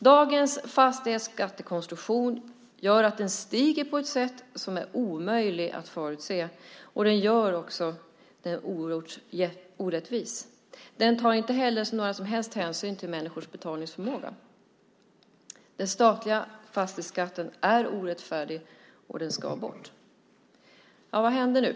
Dagens konstruktion av fastighetsskatten gör att den stiger på ett sätt som är omöjligt att förutse, och det gör den oerhört orättvis. Den tar inte heller några som helst hänsyn till människors betalningsförmåga. Den statliga fastighetsskatten är orättfärdig, och den ska bort. Vad händer nu?